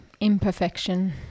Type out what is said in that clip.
imperfection